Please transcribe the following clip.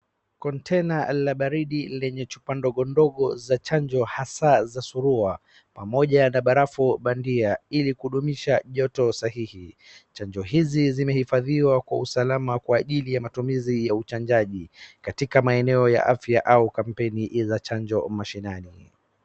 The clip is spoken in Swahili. Container la baridi lenye chupa ndogo ndogo za chanjo hasa za surua pamoja na barafu bandia ili kudumishs joto sahihi. Chanjo hizi zimehifadhiwa kwa usaalama kwa ajili ya matumizi ya uchanjaji katika maeneo ya afya ama kampeni ya afya mashinani.